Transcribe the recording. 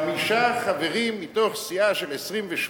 חמישה חברים מסיעה של 28,